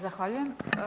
Zahvaljujem.